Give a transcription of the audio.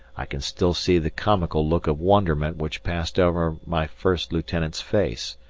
i can still see the comical look of wonderment which passed over my first lieutenant's face,